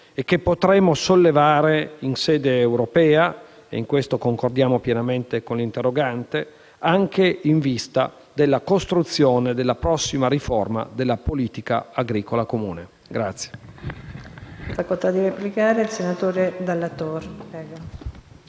e che potremo sollevare in sede europea - e in questo concordiamo pienamente con l'interrogante - anche in vista della costruzione della prossima riforma della politica agricola comune. [DALLA